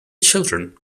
children